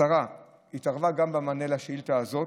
השרה התערבה גם במענה על השאילתה הזאת,